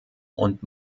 und